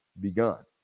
begun